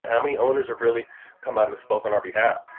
how many owners have really come out and spoke on our behalf?